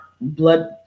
blood